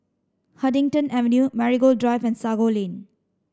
Huddington Avenue Marigold Drive and Sago Lane